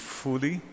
fully